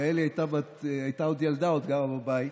יעלי הייתה עוד ילדה ועוד גרה בבית.